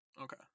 okay